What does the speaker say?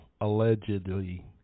allegedly